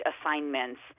assignments